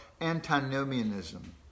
antinomianism